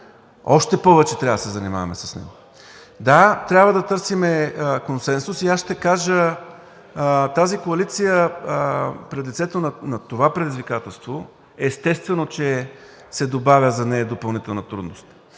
още повече трябва да се занимаваме с него. Да, трябва да търсим консенсус и аз ще кажа: тази коалиция пред лицето на това предизвикателство, естествено, че се добавя за нея допълнителна трудност,